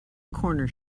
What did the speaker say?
corner